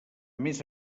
més